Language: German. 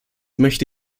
möchte